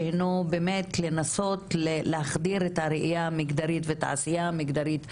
שהינו באמת לנסות להחדיר את הראייה המגדרית ואת העשייה המגדרית,